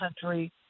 country